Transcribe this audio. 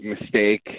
mistake